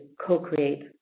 co-create